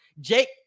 Jake